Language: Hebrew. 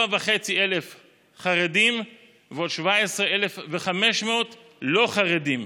4,500 חרדים ועוד 17,500 לא חרדים.